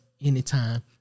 anytime